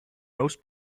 most